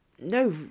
No